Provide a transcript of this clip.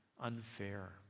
unfair